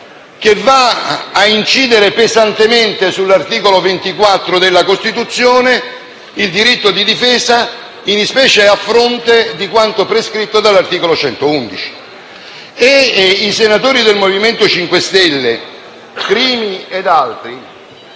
che va a limitare pesantemente l'articolo 24 della Costituzione, il diritto di difesa, in specie e a fronte di quanto prescritto dall'articolo 111. Il senatore del Movimento 5 Stelle Crimi e gli